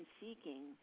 seeking